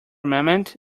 moment